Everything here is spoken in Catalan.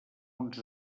uns